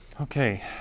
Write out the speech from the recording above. Okay